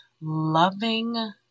loving